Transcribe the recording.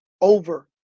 over